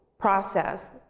process